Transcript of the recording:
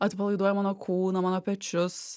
atpalaiduoja mano kūną mano pečius